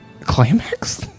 Climax